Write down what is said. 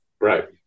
right